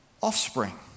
offspring